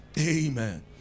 amen